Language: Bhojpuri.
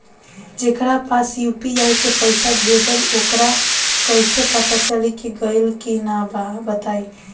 जेकरा पास यू.पी.आई से पईसा भेजब वोकरा कईसे पता चली कि गइल की ना बताई?